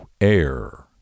air